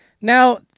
Now